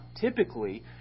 typically